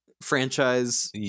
franchise